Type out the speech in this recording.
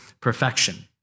perfection